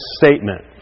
statement